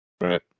Right